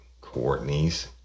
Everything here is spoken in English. Courtney's